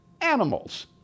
animals